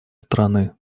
страны